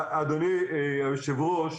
אדוני היושב-ראש,